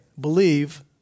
believe